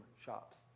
shops